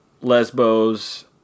Lesbos